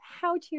how-to